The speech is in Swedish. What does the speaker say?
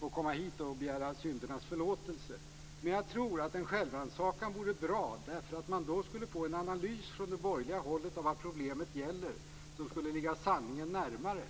och sedan komma hit och begära syndernas förlåtelse. Men jag tror att en självrannsakan vore bra. Man skulle då få en analys från det borgerliga hållet av vad problemet gäller som skulle ligga sanningen närmare.